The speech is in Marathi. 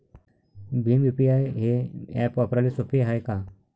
भीम यू.पी.आय हे ॲप वापराले सोपे हाय का?